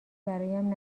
برایم